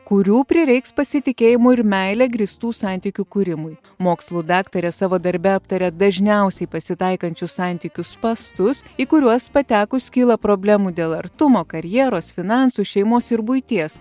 kurių prireiks pasitikėjimu ir meile grįstų santykių kūrimui mokslų daktarė savo darbe aptaria dažniausiai pasitaikančių santykių spąstus į kuriuos patekus kyla problemų dėl artumo karjeros finansų šeimos ir buities